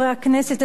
אתם יודעים,